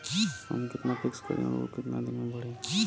हम कितना फिक्स करी और ऊ कितना दिन में बड़ी?